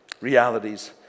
realities